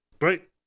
Right